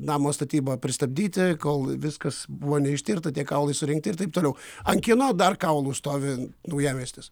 namo statybą pristabdyti kol viskas buvo neištirta tie kaulai surinkti ir taip toliau ant kieno dar kaulų stovi naujamiestis